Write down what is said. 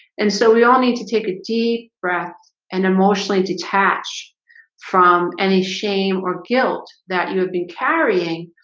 and so we all need to take a deep breath and emotionally detach from any shame or guilt that you have been carrying?